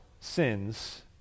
sins